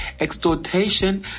extortation